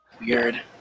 Weird